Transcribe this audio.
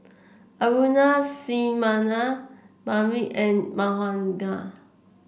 Aruna Sinnathamby and Manogar